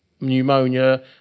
pneumonia